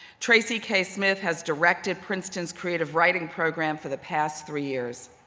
tracy k. smith has directed princeton's creative writing program for the past three years.